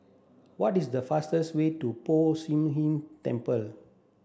what is the fastest way to Poh Shih Ern Temple